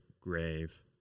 grave